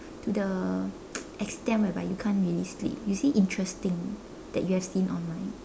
to the extend whereby you can't really sleep you see interesting that you have seen online